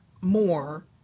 more